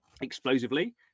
explosively